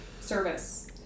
service